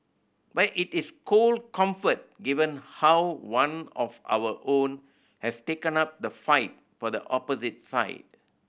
but it is cold comfort given how one of our own has taken up the fight for the opposite side